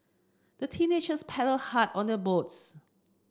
the teenagers paddled hard on their boats